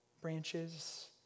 branches